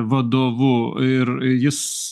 vadovu ir jis